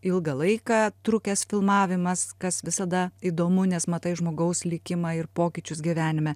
ilgą laiką trukęs filmavimas kas visada įdomu nes matai žmogaus likimą ir pokyčius gyvenime